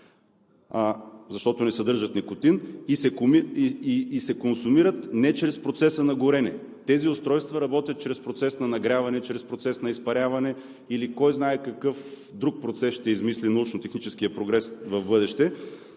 защото не съдържат никотин и се консумират не чрез процеса на горене. Тези устройства работят чрез процес на нагряване, чрез процес на изпаряване или кой знае какъв друг процес ще измисли научно-техническият прогрес в бъдеще,